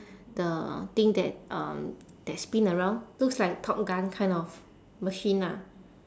the thing that um that spin around looks like top gun kind of machine ah